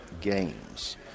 games